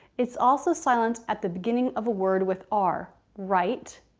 it's also silent at the beginning of a word with r. right,